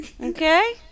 okay